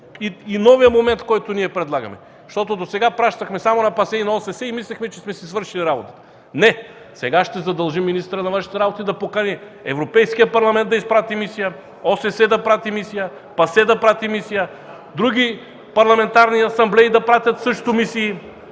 и новият момент, който предлагаме. Защото досега пращахме само на ПАСЕ и ОССЕ и мислихме, че сме си свършили работата. Не, сега ще задължим министъра на външните работи да покани Европейския парламент да изпрати мисия, ОССЕ да прати мисия, ПАСЕ да прати мисия, други парламентарни асамблеи също да пратят мисии